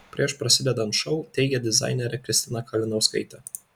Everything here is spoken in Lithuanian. prieš prasidedant šou teigė dizainerė kristina kalinauskaitė